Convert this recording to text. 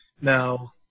Now